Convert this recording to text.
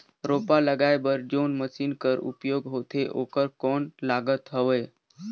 रोपा लगाय बर जोन मशीन कर उपयोग होथे ओकर कौन लागत हवय?